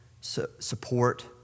support